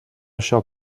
això